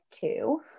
two